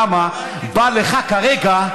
כי בא לך כרגע,